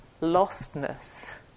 lostness